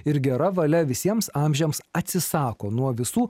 ir gera valia visiems amžiams atsisako nuo visų